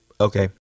okay